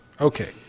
Okay